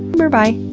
berbye!